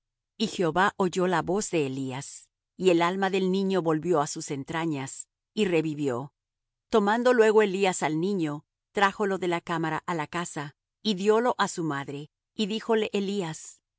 y jehová oyó la voz de elías y el alma del niño volvió á sus entrañas y revivió tomando luego elías al niño trájolo de la cámara á la casa y diólo á su madre y díjole elías